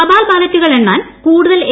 തപാൽ ബാലറ്റുകൾ എണ്ണാൻ കൂടുതൽ എ